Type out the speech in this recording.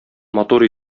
матур